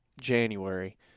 January